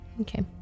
Okay